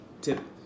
tip